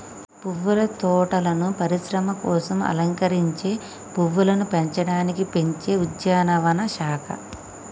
పువ్వుల తోటలను పరిశ్రమల కోసం అలంకరించే పువ్వులను పెంచడానికి పెంచే ఉద్యానవన శాఖ